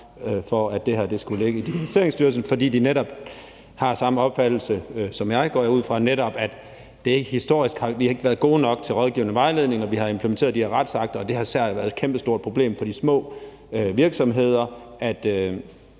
for, at det her skulle ligge i Digitaliseringsstyrelsen – fordi de netop har samme opfattelse, som jeg har, går jeg ud fra, nemlig at vi historisk ikke har været gode nok til rådgivning og vejledning, når vi har implementeret de her retsakter. Og det har især været et kæmpestort problem for de små virksomheder,